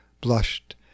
blushed